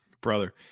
Brother